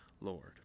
Lord